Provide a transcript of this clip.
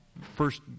first